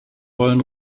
wollen